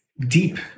deep